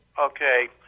Okay